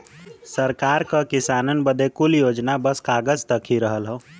सरकार क किसानन बदे कुल योजना बस कागज तक ही रहल हौ